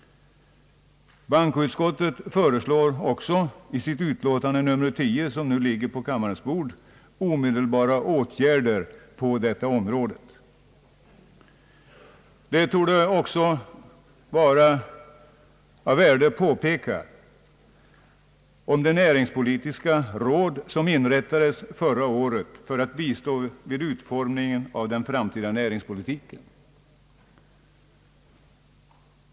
Bankoutskottet föreslår också i sitt utlåtande nr 10, som nu ligger på kammarens bord, omedelbara åtgärder på detta område. Det torde även vara av värde erinra om det näringspolitiska råd som inrättades förra året för att bistå vid utformningen av den framtida näringspolitiken.